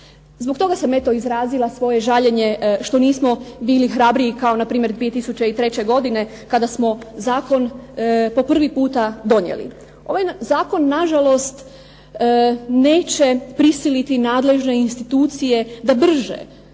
Zbog toga sam eto izrazila svoje žaljenje što nismo bili hrabriji kao npr. 2003. godine kada smo zakon po prvi puta donijeli. Ovaj zakon na žalost neće prisiliti nadležne institucije da brže,